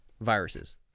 viruses